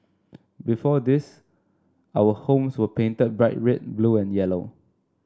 before this our homes were painted bright red blue and yellow